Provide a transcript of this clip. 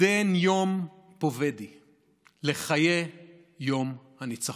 (אומר ברוסית ומתרגם:) לחיי יום הניצחון.